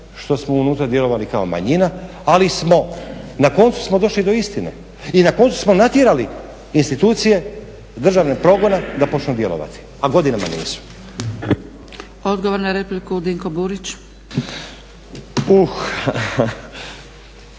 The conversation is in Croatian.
što smo unutra djelovali kao manjina ali smo na koncu smo došli do istine i na koncu smo natjerali institucije državnog progona da počnu djelovati, a godinama nisu. **Zgrebec, Dragica